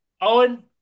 Owen